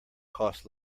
cost